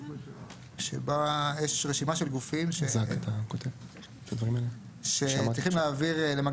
שבה יש רשימה של גופים שצריכים להעביר למאגר